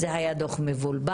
זה היה דוח מבולבל,